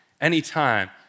anytime